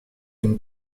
une